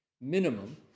minimum